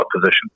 position